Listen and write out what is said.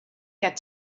get